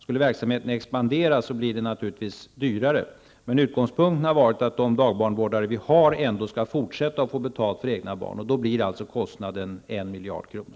Om verksamheten expanderar, blir det naturligtvis dyrare. Utgångspunkten har varit att de dagbarnvårdare som i dag får betalt för att vårda egna barn skall få betalt också i fortsättningen. Då blir kostnaden 1 miljard kronor.